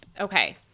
Okay